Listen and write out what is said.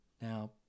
Now